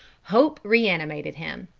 hope reanimated him.